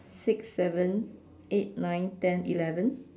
six seven eight nine ten eleven